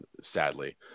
sadly